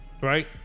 Right